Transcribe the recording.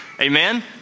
Amen